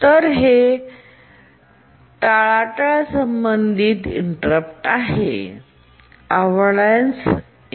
तर हे टाळाटाळ संबंधित इंटेररप्ट आहे